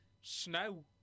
Snow